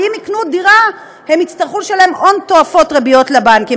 והם יקנו דירה הם יצטרכו לשלם הון תועפות ריביות לבנקים.